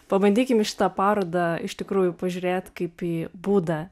pabandykim į šitą parodą iš tikrųjų pažiūrėt kaip į būdą